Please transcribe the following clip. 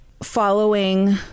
Following